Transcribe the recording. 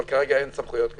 אבל כרגע אין סמכויות כאלה.